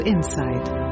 Insight